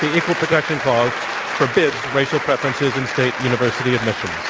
equal protection clause forbids racial preferences in state universities.